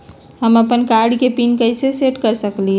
हम अपन कार्ड के पिन कैसे सेट कर सकली ह?